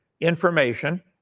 information